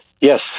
Yes